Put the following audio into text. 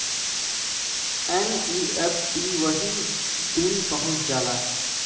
NEFT वही दिन पहुंच जाला